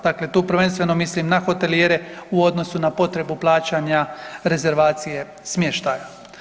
Dakle, tu prvenstveno mislim na hotelijere u odnosu na potrebu plaćanja rezervacije smještaja.